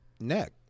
neck